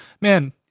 man